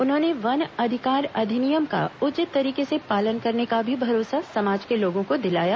उन्होंने वन अधिकार अधिनियम का उचित तरीके से पालन करने का भी भरोसा समाज के लोगों को दिलाया